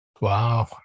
Wow